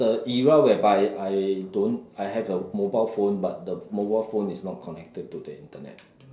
it's the era whereby I don't I have a mobile phone but the mobile phone is not connected to the internet